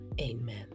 Amen